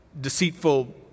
deceitful